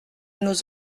nos